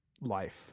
life